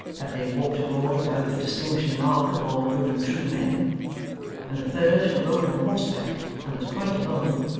that they walked abroad without the distinguishing mark of all good and true men and a third who rode on horseback, and was quite alone,